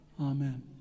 Amen